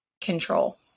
control